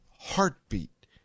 heartbeat